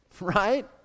right